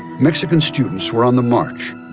mexican students were on the march,